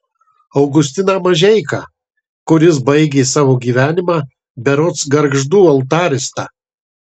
augustiną mažeiką kuris baigė savo gyvenimą berods gargždų altarista